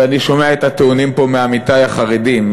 ואני שומע את הטיעונים פה מעמיתי החרדים,